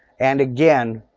and again,